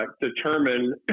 determine